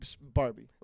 Barbie